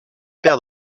père